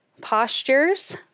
postures